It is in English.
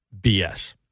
BS